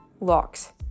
locks